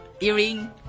Earring